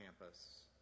campus